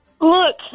Look